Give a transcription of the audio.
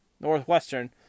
Northwestern